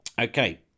okay